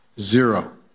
Zero